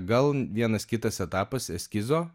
gal vienas kitas etapas eskizo